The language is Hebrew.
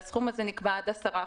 והסכום הזה נקבע עד 10%,